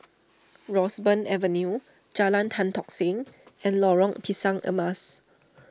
Roseburn Avenue Jalan Tan Tock Seng and Lorong Pisang Emas